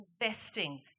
investing